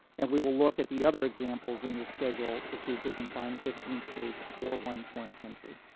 and we will look at the other examples in your schedule to see if we can find fifteen states or one foreign country.